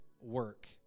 work